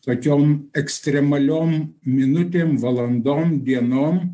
tokiom ekstremaliom minutėm valandom dienom